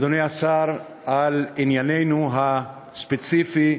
אדוני השר, על ענייננו הספציפי.